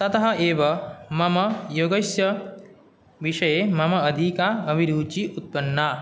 ततः एव मम योगस्य विषये मम अधिका अभिरुचिः उत्पन्ना